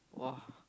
!wah!